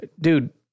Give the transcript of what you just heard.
Dude